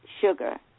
sugar